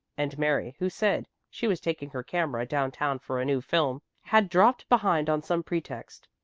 and mary, who said she was taking her camera down-town for a new film, had dropped behind on some pretext.